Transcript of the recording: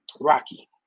rocky